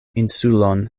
insulon